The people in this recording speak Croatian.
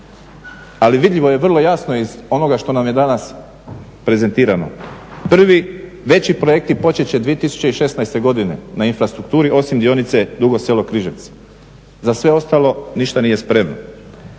ali vidljivo je vrlo jasno iz onoga što nam je danas prezentirano, prvi veći projekti počet će 2016. godine na infrastrukturi osim dionice Dugo Selo-Križevci. Za sve ostalo ništa nije spremno.